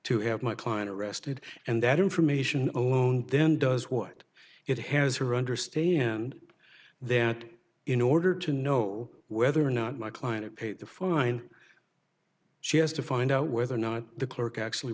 to have my client arrested and that information on loan then does what it has her understand there in order to know whether or not my client to pay the fine she has to find out whether or not the clerk actually